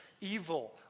evil